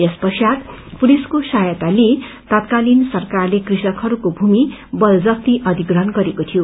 यस पश्चात पुलिसको सहायता लिएर तत्कालीन सरकारले कृषकहस्को भूमि वलजफ्ती अधिग्रहण गरेका थिए